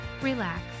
relax